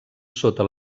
sota